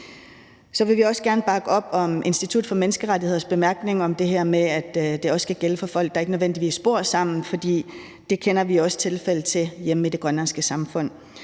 vil vi også gerne bakke op om Institut for Menneskerettigheders bemærkninger om det her med, at det også skal gælde for folk, der ikke nødvendigvis bor sammen, for det kender vi også til tilfælde af hjemme i det grønlandske samfund.